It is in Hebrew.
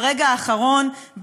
ברגע האחרון,